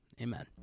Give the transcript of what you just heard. amen